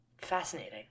Fascinating